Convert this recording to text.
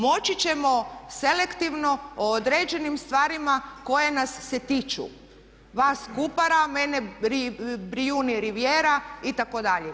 Moći ćemo selektivno o određenim stvarima koje nas se tiču vas Kupara, a mene Brijuni rivijera itd.